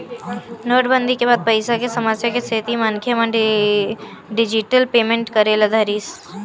नोटबंदी के बाद पइसा के समस्या के सेती मनखे मन डिजिटल पेमेंट करे ल धरिस